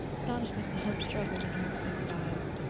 astonishment and hope struggling in her expressive eyes.